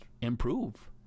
improve